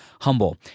Humble